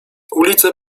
ulice